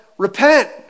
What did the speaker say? Repent